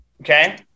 okay